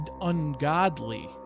ungodly